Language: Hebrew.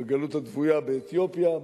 בגלות הכפויה באתיופיה,